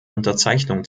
unterzeichnung